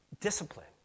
discipline